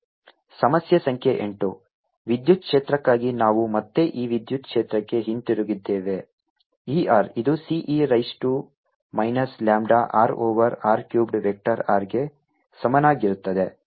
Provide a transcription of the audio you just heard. Qenclosed4πC0e λr ಸಮಸ್ಯೆ ಸಂಖ್ಯೆ 8 ವಿದ್ಯುತ್ ಕ್ಷೇತ್ರಕ್ಕಾಗಿ ನಾವು ಮತ್ತೆ ಈ ವಿದ್ಯುತ್ ಕ್ಷೇತ್ರಕ್ಕೆ ಹಿಂತಿರುಗಿದ್ದೇವೆ E r ಇದು C e raise to minus lambda r over r cubed vector r ಗೆ ಸಮನಾಗಿರುತ್ತದೆ